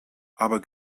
aber